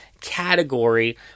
category